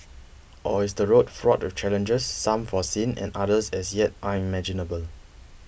or is the road fraught with challenges some foreseen and others as yet unimaginable